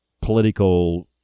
political